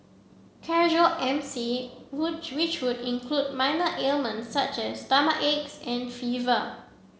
casual M C would which would include minor ailment such as stomachache and fever